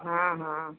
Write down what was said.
हाँ हाँ